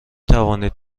توانید